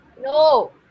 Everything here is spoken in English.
No